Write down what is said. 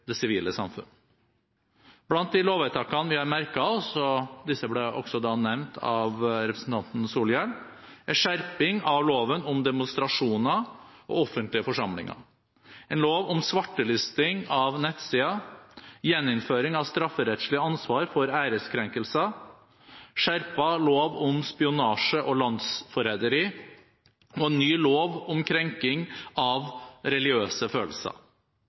det sivile samfunn. Blant de lovvedtakene vi har merket oss – og disse ble også nevnt av representanten Solhjell – er skjerping av loven om demonstrasjoner og offentlige forsamlinger, en lov om svartelisting av nettsider, gjeninnføring av strafferettslig ansvar for ærekrenkelse, skjerpet lov om spionasje og landsforræderi og en ny lov om krenking av religiøse følelser.